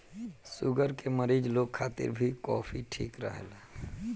sugar के मरीज लोग खातिर भी कॉफ़ी ठीक रहेला